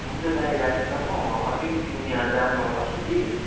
हुन्छ दाइ राखेँ ल म अलिकति उ यहाँ जाममा फसेँ कि